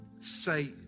say